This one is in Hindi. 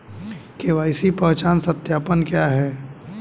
के.वाई.सी पहचान सत्यापन क्या है?